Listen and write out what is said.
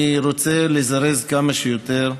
אני רוצה לזרז כמה שיותר,